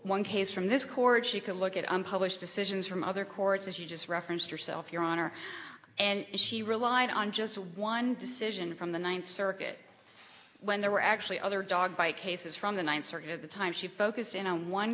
one case from this court she could look at unpublished decisions from other courts as you just referenced yourself your honor and she relied on just one decision from the ninth circuit when there were actually other dog by cases from the ninth circuit at the time she focused in on one